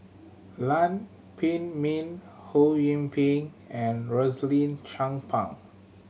Lam Pin Min Ho Yee Ping and Rosaline Chan Pang